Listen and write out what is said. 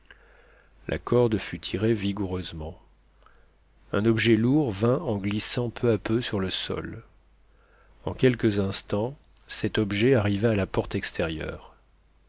la corde fut tirée vigoureusement un objet lourd vint en glissant peu à peu sur le sol en quelques instants cet objet arriva à la porte extérieure